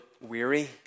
weary